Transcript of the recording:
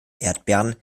erdbeeren